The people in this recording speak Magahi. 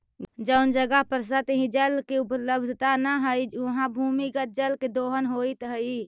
जउन जगह पर सतही जल के उपलब्धता न हई, उहाँ भूमिगत जल के दोहन होइत हई